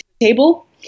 table